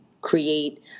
create